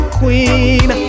queen